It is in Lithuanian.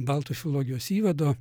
baltų filologijos įvado